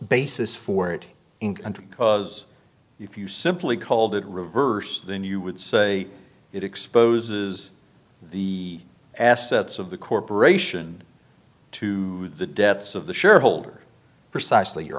basis for it in country because if you simply called it reverse then you would say it exposes the assets of the corporation to the debts of the shareholder precisely your